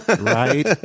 Right